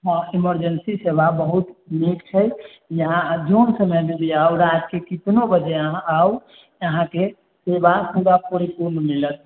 हँ इमरजेंसी सेवा बहुत नीक छै यहाँ जउन समय मे भी आउ राति के कितनो बजे अहाँ आउ अहाँकेॅं सेवा पूरा परिपूर्ण मिलत